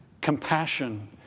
compassion